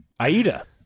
aida